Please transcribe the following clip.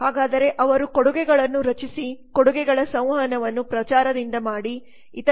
ಹಾಗಾದರೆ ಅವರು ಕೊಡುಗುಗೆಗಳ ನ್ನು ರಚಿಸಿ ಕೊಡುಗೆಗಳ ಸಂವಹನವನ್ನು ಪ್ರಚಾರದಿಂದ ಮಾಡಿ ಇತರೆ